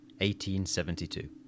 1872